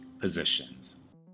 positions